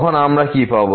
তখন আমরা কী পাব